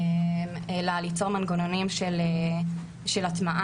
אלא ליצור מנגנונים של הטמעה,